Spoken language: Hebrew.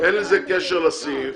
אין לזה קשר לסעיף.